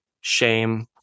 shame